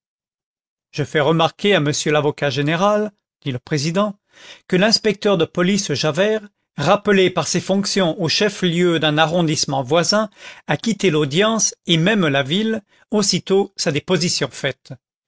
je fais remarquer à monsieur l'avocat général dit le président que l'inspecteur de police javert rappelé par ses fonctions au chef-lieu d'un arrondissement voisin a quitté l'audience et même la ville aussitôt sa déposition faite